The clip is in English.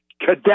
cadet